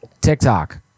TikTok